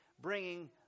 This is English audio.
bringing